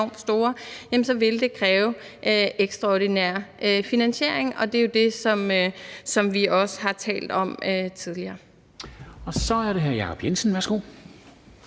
så vil det kræve ekstraordinær finansiering, og det er jo det, som vi også har talt om tidligere. Kl. 10:15 Formanden (Henrik